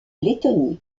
lettonie